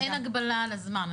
אין הגבלה על הזמן,